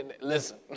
Listen